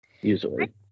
usually